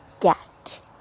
get